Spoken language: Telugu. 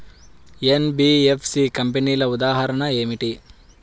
ఎన్.బీ.ఎఫ్.సి కంపెనీల ఉదాహరణ ఏమిటి?